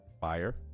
fire